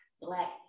Black